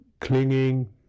clinging